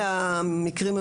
משרד החינוך, רוצים להתייחס?